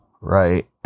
right